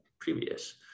previous